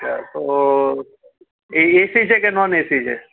અચ્છા તો એ એસી છે કે નોન એસી છે